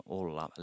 olla